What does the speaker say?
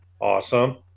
Awesome